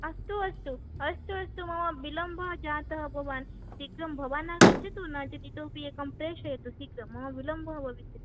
अस्तु अस्तु अस्तु अस्तु मम विलम्बः जातः भवान् शीघ्रं भवान् आगच्छतु नोचेत् इतोपि एकं प्रेषयतु शीघ्रं मम विलम्बः भविष्यति